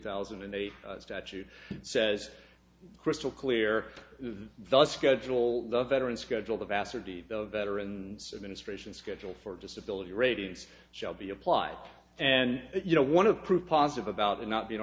thousand and eight statute says crystal clear the schedule the veteran schedule the vaster the veteran's administration schedule for disability ratings shall be applied and you know one of proof positive about a not be